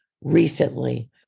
recently